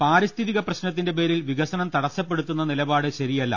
പാരിസ്ഥി തിക പ്രശ്നത്തിന്റെ പേരിൽ വികസനം തടസ്സപ്പെടുത്തുന്ന നിലപാട് ശരി യ ല്ല